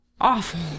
awful